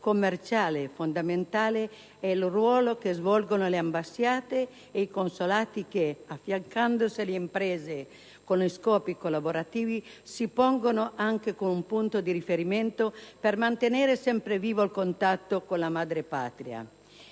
commerciale. Fondamentale è il ruolo che svolgono le ambasciate e i consolati che, affiancandosi alle imprese con scopi collaborativi, si pongono anche come punto di riferimento per mantenere sempre vivo il contatto con la madrepatria.